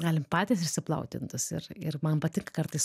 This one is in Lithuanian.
galim patys išsiplauti indus ir ir man patinka kartais